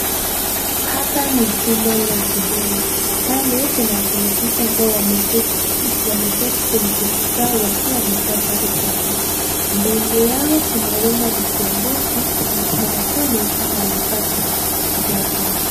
Hapa ni jumba la huduma. Pale kuna wafanyikazi ambao wameketi kwenye viti zao wakiwa wamevaa sare za kazi. Mbele yao kuna huenda ni kiongozi amesimama pale kama amevaa suti yake.